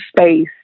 space